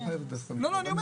אני אומר